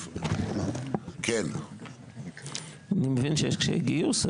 אני מבין שיש קשיי גיוס,